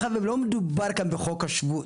מאחר ולא מדובר כאן בחוק השבות,